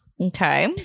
Okay